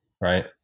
Right